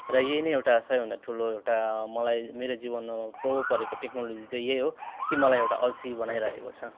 र यही नै एउटा सबैभन्दा ठुलो एउटा मलाई मेरो जीवनमा प्रभाव परेको टेक्नोलोजी चाहिँ यही हो कि मलाई एउटा अल्छी बनाइरहेको छ